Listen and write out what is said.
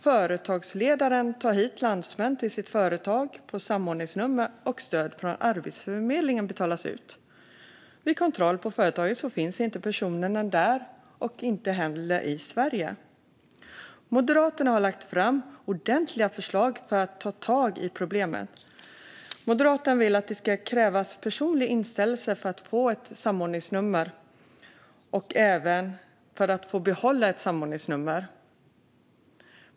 Företagsledaren tar hit landsmän till sitt företag på samordningsnummer, och stöd från Arbetsförmedlingen betalas ut. Vid kontroll på företaget finns inte personerna där och inte heller i Sverige. Moderaterna har lagt fram ordentliga förslag för att ta tag i problemen. Moderaterna vill att det ska krävas personlig inställelse för att få ett samordningsnummer och även för att få behålla ett samordningsnummer.